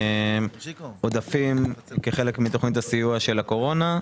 עודפים כחלק מתוכנית הסיוע של הקורונה,